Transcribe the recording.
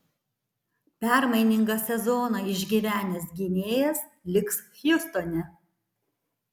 permainingą sezoną išgyvenęs gynėjas liks hjustone